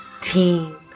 team